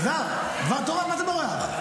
אלעזר, דבר תורה, מה אתה בורח?